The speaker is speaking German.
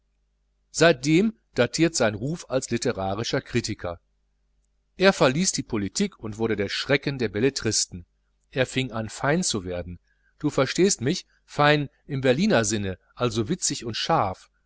seitdem datiert sein ruf als litterarischer kritiker er verließ die politik und wurde der schrecken der belletristen er fing an fein zu werden du verstehst mich fein im berliner sinne also witzig und scharf